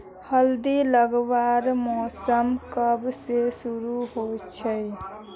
हल्दी लगवार मौसम कब से शुरू होचए?